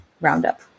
Roundup